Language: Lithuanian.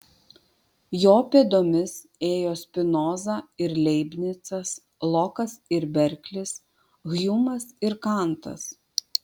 jo pėdomis ėjo spinoza ir leibnicas lokas ir berklis hjumas ir kantas